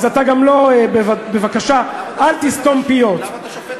אז אתה גם לא, בבקשה, למה אתה שופט אנשים?